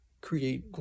create